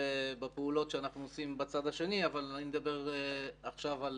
בפעולות שאנחנו עושים בצד השני אבל אני מדבר עכשיו על